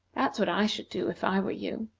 that's what i should do, if i were you.